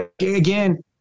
Again